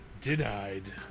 Denied